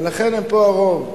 ולכן הם פה הרוב.